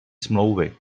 smlouvy